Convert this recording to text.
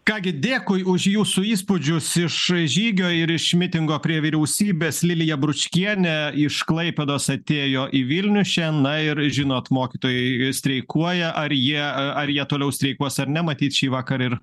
ką gi dėkui už jūsų įspūdžius iš žygio ir iš mitingo prie vyriausybės lilija bručkienė iš klaipėdos atėjo į vilnių šian na ir žinot mokytojai streikuoja ar jie a ar jie toliau streikuos ar ne matyt šįvakar ir